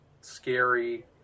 scary